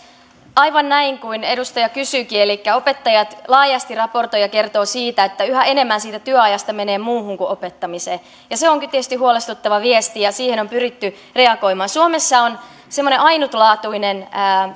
aivan näin kuin edustaja kysyikin elikkä opettajat laajasti raportoivat ja kertovat siitä että yhä enemmän siitä työajasta menee muuhun kuin opettamiseen se onkin tietysti huolestuttava viesti ja siihen on pyritty reagoimaan suomessa on semmoinen ainutlaatuinen